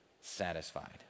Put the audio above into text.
satisfied